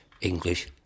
English